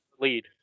lead